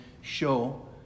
show